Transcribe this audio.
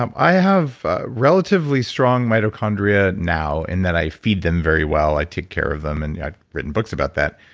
um i have relatively strong mitochondria now in that i feed them very well, i take care of them and yeah written books about that.